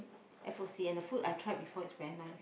f_o_c and the food I tried before is very nice